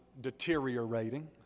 deteriorating